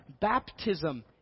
baptism